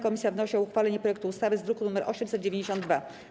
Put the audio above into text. Komisja wnosi o uchwalenie projektu ustawy z druku nr 892.